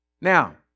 Now